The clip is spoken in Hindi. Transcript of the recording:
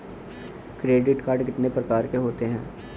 क्रेडिट कार्ड कितने प्रकार के होते हैं?